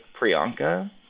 Priyanka